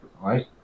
right